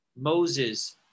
Moses